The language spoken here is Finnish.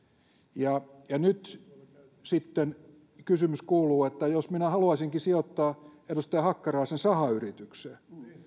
ja ja nyt sitten kysymys kuuluu että jos minä haluaisinkin sijoittaa edustaja hakkaraisen sahayritykseen